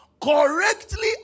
Correctly